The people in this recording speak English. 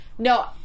No